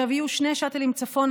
יהיו שני שאטלים צפונה,